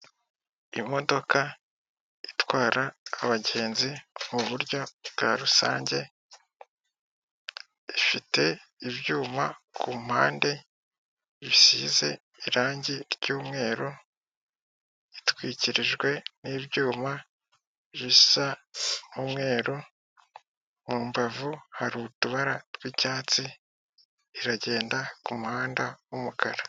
Imodoka itwara abagenzi mu buryo bwa rusange ifite ibyuma ku mpande bisize irangi ry'umweru, itwikirijwe n'ibyuma bisa n'umweru mu mbavu hari utubara tw'icyatsi iragenda ku muhanda w'umukara.